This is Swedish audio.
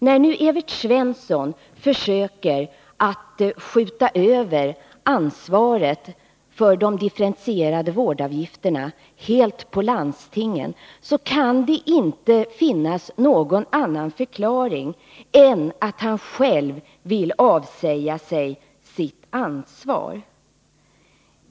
När nu Evert Svensson försöker att skjuta över ansvaret för de differentierade vårdavgifterna helt på landstingen, kan det inte finnas någon annan förklaring än att han själv vill avsäga sig sitt ansvar.